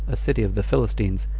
a city of the philistines,